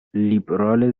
لیبرال